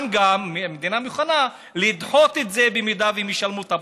והמדינה מוכנה לדחות את זה אם הם ישלמו את הפרוטקשן.